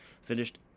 Finished